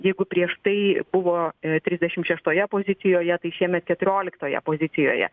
jeigu prieš tai buvo trisdešimt šeštoje pozicijoje tai šiemet keturioliktoje pozicijoje